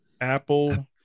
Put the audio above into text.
Apple